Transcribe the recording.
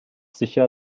sicher